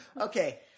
Okay